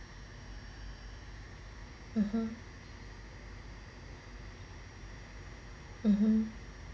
(uh huh) (uh huh)